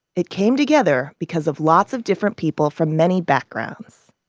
it came together because of lots of different people from many backgrounds.